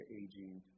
aging